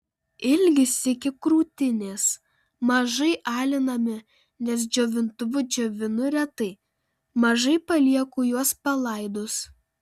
ilgis iki krūtinės mažai alinami nes džiovintuvu džiovinu retai mažai palieku juos palaidus